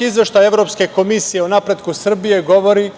izveštaj Evropske komisije o napretku Srbije govori